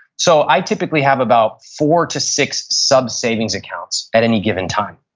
so, i typically have about four to six sub savings accounts at any given time.